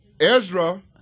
Ezra